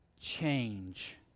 change